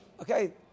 okay